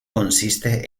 consiste